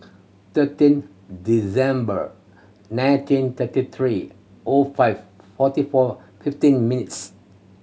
thirteen December nineteen thirty three O five forty four fifteen minutes